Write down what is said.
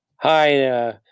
hi